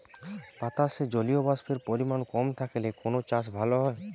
বাতাসে জলীয়বাষ্পের পরিমাণ কম থাকলে কোন চাষ ভালো হয়?